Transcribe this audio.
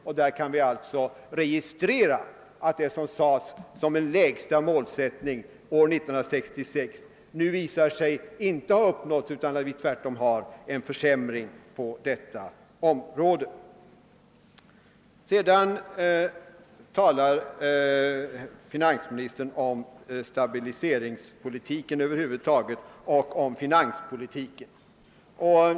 Vi kan alltså registrera att det som angavs som en lägsta målsättning år 1966 inte har uppnåtts utan att det tvärtom har skett en försämring på detta område. Sedan talar finansministern om stabiliseringspolitiken över huvud taget och om finanspolitiken.